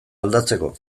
aldatzeko